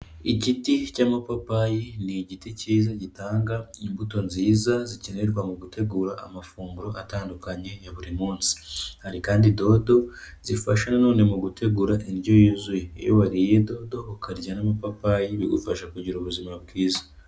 Igiti cy'amapapayi, ni igiti cyiza gitanga imbuto nziza zikenerwa mu gutegura amafunguro atandukanye ya buri munsi. Hari kandi dodo, zifasha nanone mu gutegura indyo yuzuye. Iyo wariye dodo, ukarya n'amapapayi bigufasha kugira ubuzima bwiza.